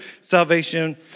salvation